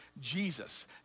Jesus